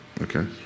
okay